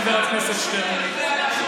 חבר הכנסת שטרן.